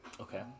Okay